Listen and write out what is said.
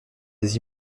des